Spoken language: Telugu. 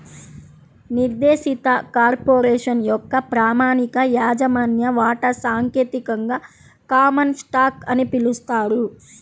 నిర్దేశిత కార్పొరేషన్ యొక్క ప్రామాణిక యాజమాన్య వాటా సాంకేతికంగా కామన్ స్టాక్ అని పిలుస్తారు